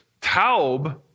taub